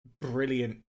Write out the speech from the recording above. brilliant